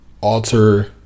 alter